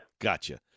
Gotcha